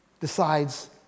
decides